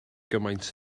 gymaint